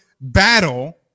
battle